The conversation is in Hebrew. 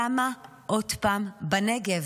למה עוד פעם בנגב?